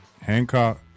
Hancock